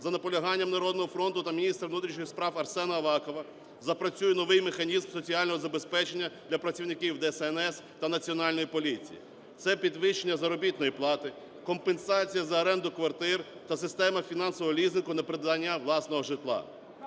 за наполяганням "Народного фронту" та міністра внутрішніх справ Арсена Авакова запрацює новий механізм соціального забезпечення для працівників ДСНС та Національної поліції – це підвищення заробітної плати, компенсація за оренду квартир та система фінансового лізингу на придбання власного житла.